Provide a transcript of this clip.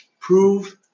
prove